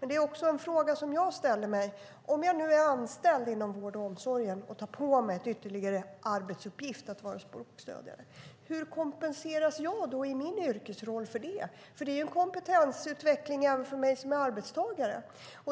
Men det är en fråga som jag ställer mig: Om jag nu är anställd inom vård och omsorg och tar på mig en ytterligare arbetsuppgift att vara språkstödjare, hur kompenseras jag i min yrkesroll för det? För det är en kompetensutveckling även för mig som är arbetstagare.